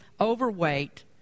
overweight